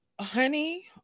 Honey